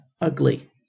ugly